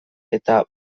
eta